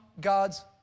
God's